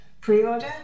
pre-order